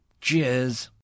Cheers